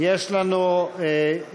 יש לנו הסתייגויות